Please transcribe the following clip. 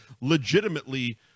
legitimately